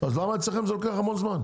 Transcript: אז למה אצלכם זה לוקח המון זמן?